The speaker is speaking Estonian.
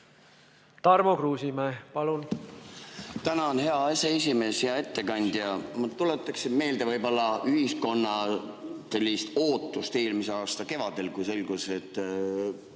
Tarmo Kruusimäe, palun!